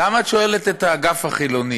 למה את שואלת את האגף החילוני?